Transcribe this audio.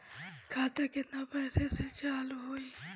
खाता केतना पैसा से चालु होई?